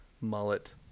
mullet